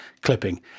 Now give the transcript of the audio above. clipping